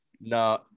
no